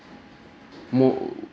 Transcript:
more ugh